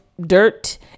dirt